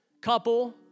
couple